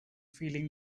feeling